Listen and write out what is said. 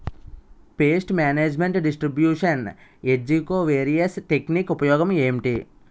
paste management distribution ఏజ్జి covariance technique ఉపయోగం ఏంటి